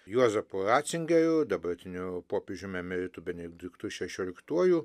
juozapu racingeriu dabartiniu popiežiumi emeritu benediktu šešioliktuoju